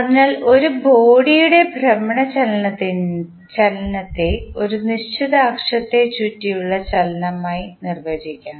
അതിനാൽ ഒരു ബോഡിയുടെ ഭ്രമണ ചലനത്തെ ഒരു നിശ്ചിത അക്ഷത്തെ ചുറ്റിയുള്ള ചലനമായി നിർവചിക്കാം